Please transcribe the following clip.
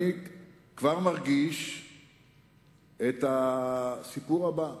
אני כבר מרגיש את הסיפור הבא,